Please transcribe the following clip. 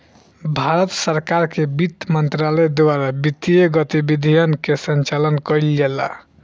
भारत सरकार के बित्त मंत्रालय द्वारा वित्तीय गतिविधियन के संचालन कईल जाला